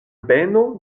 beno